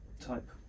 type